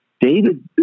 David